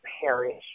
perish